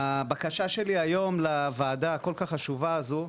הבקשה שלי היום לוועדה הכל כך חשובה הזו,